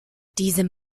diesem